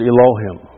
Elohim